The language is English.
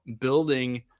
building